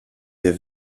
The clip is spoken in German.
wir